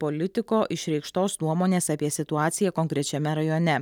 politiko išreikštos nuomonės apie situaciją konkrečiame rajone